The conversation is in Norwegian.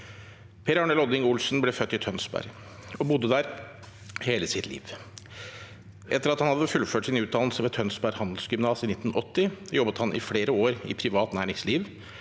Per Arne Lodding Olsen ble født i Tønsberg og bodde der hele sitt liv. Etter at han hadde fullført sin utdannelse ved Tønsberg handelsgymnas i 1980, jobbet han i flere år i privat næringsliv